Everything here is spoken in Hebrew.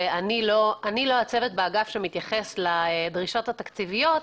ואני לא הצוות באגף שמתייחס לדרישות התקציביות,